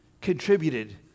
contributed